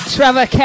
Trevor